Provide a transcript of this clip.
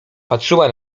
patrzyła